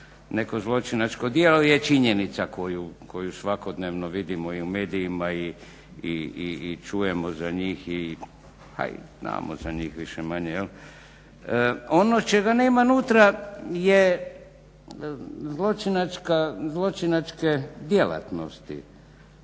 neko zločinački djelo je činjenica koju svakodnevno vidimo i u medijima i čujemo za njih, a i znamo za njih više-manje. Ono čega nema nutra je zločinačke djelatnosti,